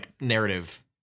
narrative